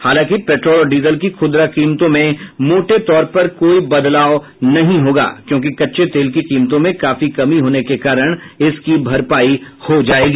हालांकि पेट्रोल और डीजल की खूदरा कीमतों में मोटे तौर कोई बदलाव नहीं होगा क्योंकि कच्चे तेल की कीमतों में काफी कमी होने के कारण इसकी भरपाई हो जायेगी